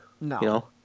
No